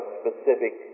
specific